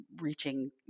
reaching